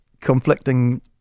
conflicting